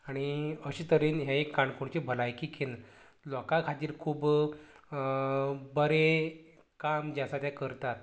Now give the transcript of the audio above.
आनी अशें तरेन हें एक काणकोणचें भलायकी केंद्र लोकां खातीर खूब बरें काम जें आसा तें करता